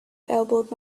elbowed